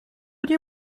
nie